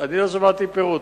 אני לא שמעתי פירוט.